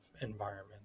environment